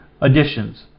Additions